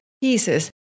pieces